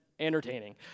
entertaining